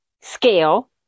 scale